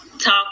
talk